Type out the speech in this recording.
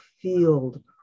field